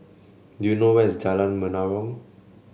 do you know where is Jalan Menarong